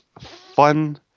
fun